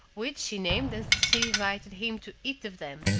which she named as she invited him to eat of them,